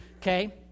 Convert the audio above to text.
Okay